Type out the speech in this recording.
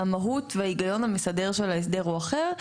המהות וההיגיון המסדר של ההסדר הוא אחר,